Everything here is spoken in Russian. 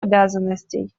обязанностей